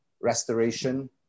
restoration